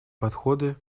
подходы